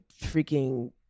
freaking